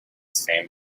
same